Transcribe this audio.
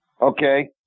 okay